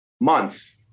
months